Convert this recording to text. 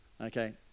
okay